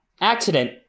accident